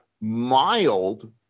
mild